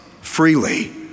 freely